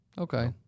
Okay